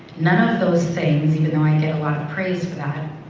none of those things even though i get a lot of praise for that, but